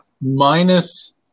Minus